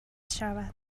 شود